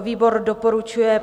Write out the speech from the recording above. Výbor doporučuje